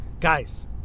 guys